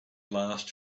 last